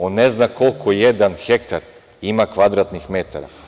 On ne zna koliko jedan hektar ima kvadratnih metara.